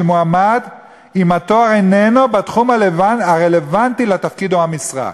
מועמד אם התואר איננו בתחום הרלוונטי לתפקיד או למשרד,